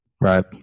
Right